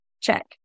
check